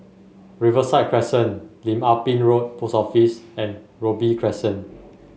Riverside Crescent Lim Ah Pin Road Post Office and Robey Crescent